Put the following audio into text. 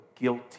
guilty